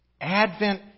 Advent